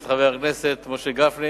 ואת חבר הכנסת משה גפני,